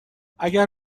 اگر